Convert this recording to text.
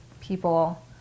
people